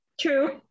True